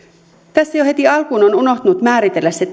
tässä jo heti alkuun on unohtunut määritellä se